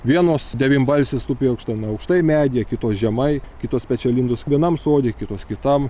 vienos devynbalsės tupi aukštame aukštai medyje kitos žemai kitos pečialindos vienam sode kitos kitam